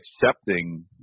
accepting